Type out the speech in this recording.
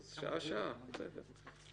שעה-שעה, בסדר.